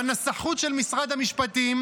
בנסחות של משרד המשפטים,